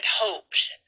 hoped